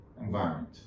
environment